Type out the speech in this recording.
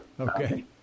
Okay